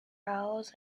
cows